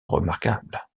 remarquables